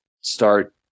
start